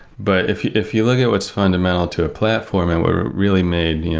but if you if you look at what's fundamental to a platform and what were really made,